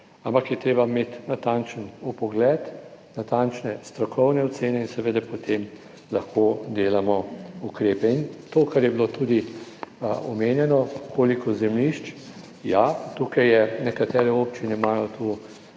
ampak je treba imeti natančen vpogled, natančne strokovne ocene in seveda potem lahko delamo ukrepe. In to kar je bilo tudi omenjeno, koliko zemljišč. Ja, tukaj je, nekatere občine imajo tu